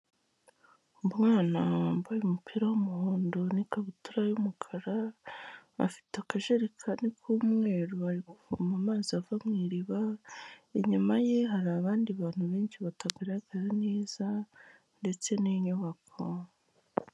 Umwana wambaye umupira w'umuhondo n'ikabutura y'umukara, afite akajerekani k'umweru, bari kuvoma amazi ava mu iriba, inyuma ye hari abandi bantu benshi batagaragara neza ndetse n'inyubako.